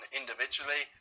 individually